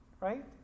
right